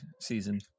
season